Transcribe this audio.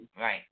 Right